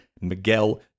Miguel